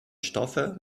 stoffe